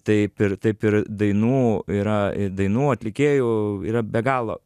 taip ir taip ir dainų yra dainų atlikėjų yra be galo